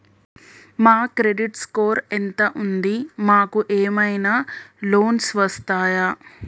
మా credit score ఎంత ఉంది? మాకు ఏమైనా లోన్స్ వస్తయా?